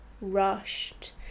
rushed